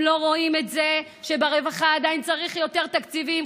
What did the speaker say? הם לא רואים את זה שברווחה עדיין צריך יותר תקציבים,